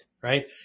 right